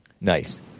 Nice